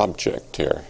object here